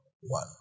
one